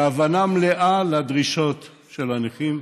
בהבנה מלאה של הדרישות של הנכים,